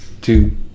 two